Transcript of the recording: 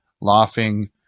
laughing